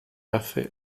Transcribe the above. hace